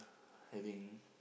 having